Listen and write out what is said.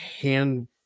hand